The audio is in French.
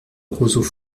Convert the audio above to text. roseaux